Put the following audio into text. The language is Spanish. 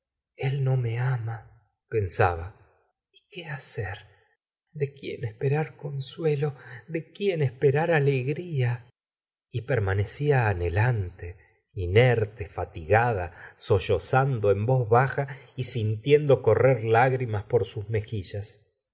el no me ama pensaba y qué hacer de quién esperar consuelo de quién esperar alegría y permanecía anhelante inerte fatigada sollozando en voz baja y sintiendo correr lágrimas por sus mejillas